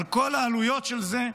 על כל העלויות של זה,